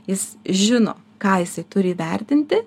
jis žino ką jisai turi vertinti